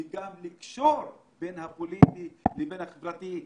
וגם לקשור בין הפוליטי לבין החברתי.